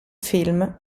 film